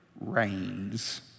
reigns